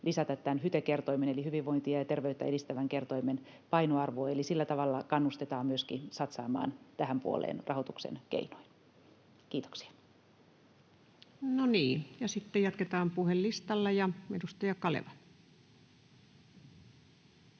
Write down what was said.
lisätä HYTE-kertoimen eli hyvinvointia ja terveyttä edistävän kertoimen painoarvoa, eli sillä tavalla kannustetaan myöskin satsaamaan tähän puoleen rahoituksen keinoin. — Kiitoksia. No niin. — Sitten jatketaan puhujalistalla, ja edustaja Kaleva.